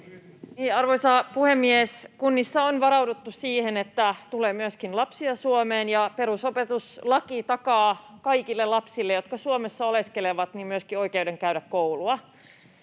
arvoisa puhemies! Kunnissa on varauduttu siihen, että tulee myöskin lapsia Suomeen, ja perusopetuslaki takaa kaikille lapsille, jotka Suomessa oleskelevat, myöskin oikeuden käydä koulua.